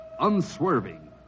Unswerving